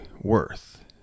worth